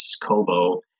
Kobo